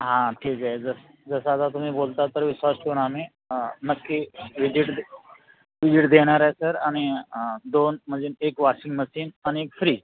हां ठीक आहे सर जसं आता तुम्ही बोलता तर विश्वास ठेवून आम्ही नक्की विजिट विजिट देणार आहे सर आणि दोन म्हणजे एक वॉशिंग मशीन आणि एक फ्रीज